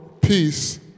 Peace